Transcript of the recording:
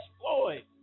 Floyd